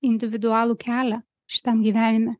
individualų kelią šitam gyvenime